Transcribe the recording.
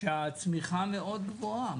שהצמיחה מאוד גבוהה.